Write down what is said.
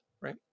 right